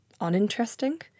uninteresting